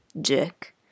Jack